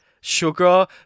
sugar